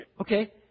Okay